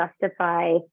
justify